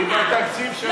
כי בתקציב שלך,